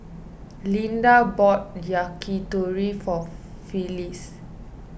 Linda bought Yakitori for Phyllis